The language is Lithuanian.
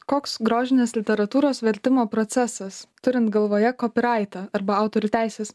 koks grožinės literatūros vertimo procesas turint galvoje kopiraitą arba autorių teises